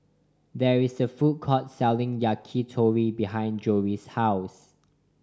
there is a food court selling Yakitori behind Jory's house